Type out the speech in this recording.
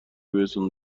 بهتون